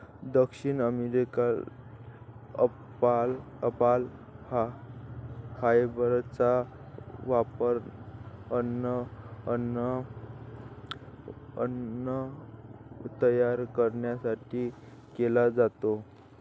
दक्षिण अमेरिकेत अल्पाका फायबरचा वापर अन्न तयार करण्यासाठी केला जातो